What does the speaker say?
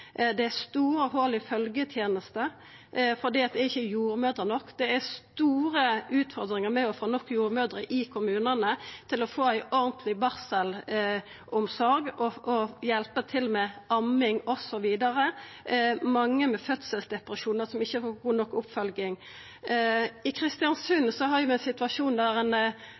Det er store hol i følgjetenesta fordi det ikkje er jordmødrer nok. Det er store utfordringar med å få nok jordmødrer i kommunane til å få ei ordentleg barselomsorg og til å hjelpa til med amming osv. Det er mange med fødselsdepresjonar som ikkje får god nok oppfølging. I Kristiansund har vi ein situasjon der ein er nøydd til å stengja ned ei fødeavdeling fordi ein